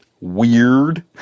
weird